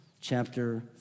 chapter